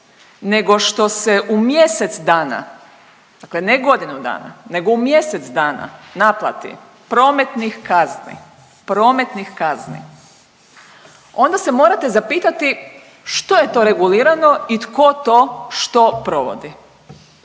nego što se u mjesec dana, dakle ne godinu dana, nego u mjesec dana naplati prometnih kazni, prometnih kazni onda se morate zapitati što je to regulirano i tko to što provodi.